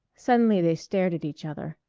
suddenly they stared at each other.